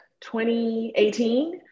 2018